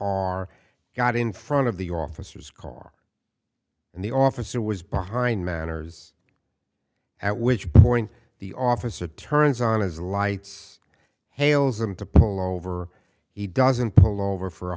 car got in front of the officer's car and the officer was behind manners at which point the officer turns on his lights hails them to pull over he doesn't pull over for